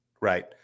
Right